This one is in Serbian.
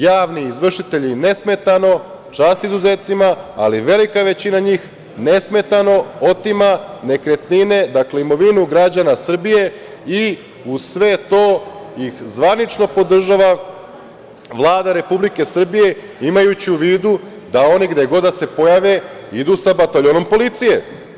Javni izvršitelji nesmetano, čast izuzecima, ali velika većina njih nesmetano otima nekretnine, dakle imovinu građana Srbije i uz sve to ih zvanično podržava Vlada Republike Srbije imajući u vidu da oni gde god da se pojave idu sa bataljonom policije.